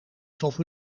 stof